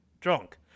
Drunk